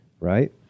right